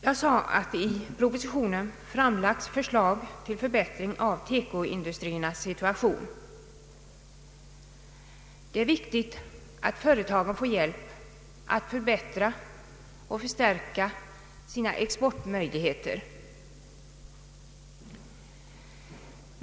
Jag sade att i propositionen framlagts förslag till förbättring av tekoindustriernas situation. Det är viktigt att företagen får hjälp att förbättra och förstärka sina exportmöjligheter.